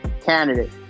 Candidate